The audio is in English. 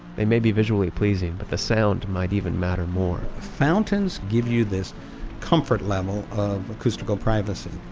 they may be visually pleasing, but the sound might even matter more fountains give you this comfort level of acoustical privacy.